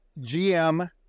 GM